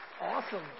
Awesome